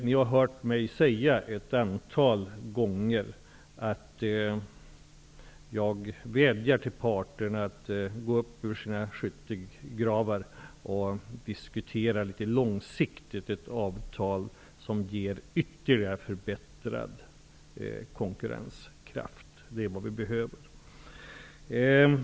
Ni har hört mig säga ett antal gånger att jag vädjar till parterna att gå upp ur sina skyttegravar, diskutera långsiktigt och sluta avtal som ger ytterligare förbättrad konkurrenskraft. Det är vad vi behöver.